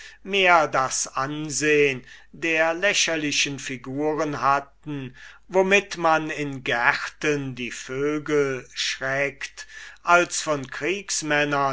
mehr das ansehen von den lächerlichen figuren hatten womit man in gärten die vögel schreckt als von